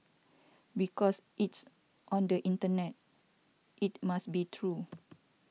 because it's on the internet it must be true